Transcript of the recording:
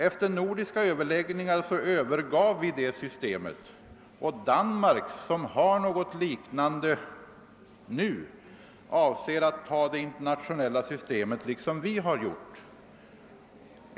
Efter nordiska överläggningar övergav vi det systemet, och Danmark, som har något liknande nu, avser att införa det internationella systemet liksom vi har gjort.